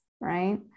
Right